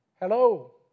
hello